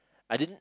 I didn't